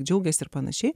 džiaugiasi ir pan